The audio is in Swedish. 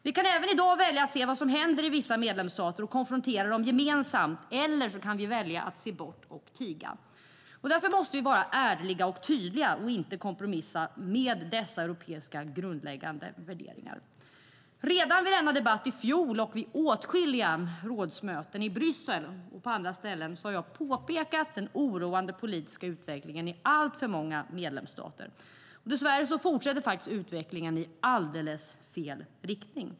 Vi kan även i dag välja att se vad som händer i vissa medlemsstater och konfrontera dem gemensamt, eller så kan vi välja vi att se bort och tiga. Därför måste vi vara ärliga och tydliga och inte kompromissa med dessa europeiska grundläggande värderingar. Redan vid denna debatt i fjol och vid åtskilliga rådsmöten i Bryssel och på andra ställen har jag påpekat den oroande politiska utvecklingen i alltför många medlemsstater. Dessvärre fortsätter utvecklingen i alldeles fel riktning.